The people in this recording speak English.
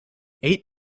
eight